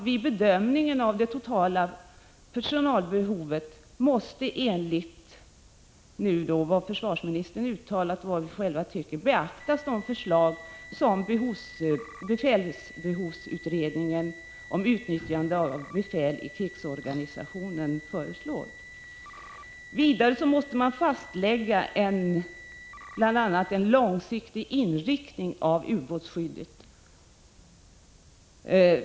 Vid bedömningen av det totala personalbehovet måste enligt vad försvarsministern uttalat — och enligt vad utskottsmajoriteten tycker — förslagen från befälsbehovsutredningen om utnyttjande av befäl i krigsorganisationen beaktas. Vidare måste man fastlägga bl.a. en långsiktig inriktning av ubåtsskyddet.